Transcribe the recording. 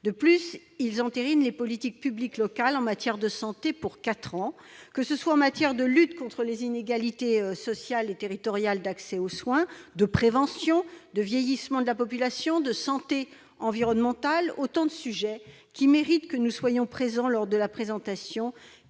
De plus, ils entérinent les politiques publiques locales en matière de santé pour quatre ans, que ce soit en matière de lutte contre les inégalités sociales et territoriales d'accès aux soins, de prévention, de vieillissement de la population, de santé environnementale. Autant de sujets qui méritent que nous assistions à la présentation